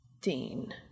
Dean